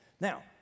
Now